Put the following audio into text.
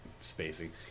Spacing